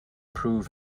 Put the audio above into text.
prove